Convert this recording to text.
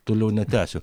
toliau netęsiu